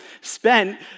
spent